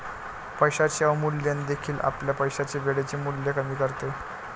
पैशाचे अवमूल्यन देखील आपल्या पैशाचे वेळेचे मूल्य कमी करते